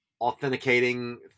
authenticating